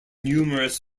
numerous